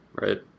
Right